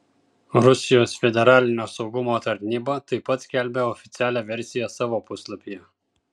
rusijos federalinio saugumo tarnyba taip pat skelbia oficialią versiją savo puslapyje